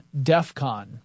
DEFCON